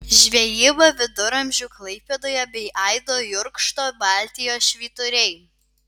žvejyba viduramžių klaipėdoje bei aido jurkšto baltijos švyturiai